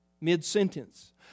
mid-sentence